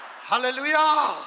hallelujah